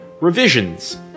revisions